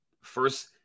first